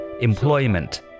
employment